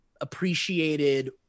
appreciated